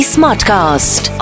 Smartcast